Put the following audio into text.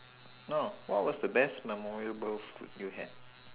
oh what was the best memorable food you had